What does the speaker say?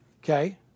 Okay